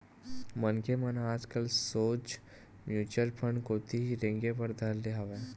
मनखे मन ह आजकल सोझ म्युचुअल फंड कोती ही रेंगे बर धर ले हवय